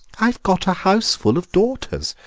i've got a houseful of daughters,